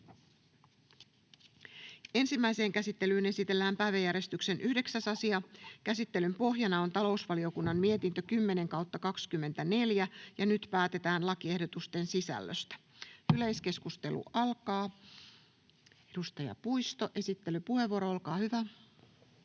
Ensimmäiseen käsittelyyn esitellään päiväjärjestyksen 9. asia. Käsittelyn pohjana on talousvaliokunnan mietintö TaVM 10/2024 vp. Nyt päätetään lakiehdotusten sisällöstä. — Yleiskeskustelu alkaa. Edustaja Puisto, esittelypuheenvuoro, olkaa hyvä.